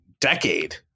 decade